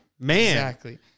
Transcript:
Man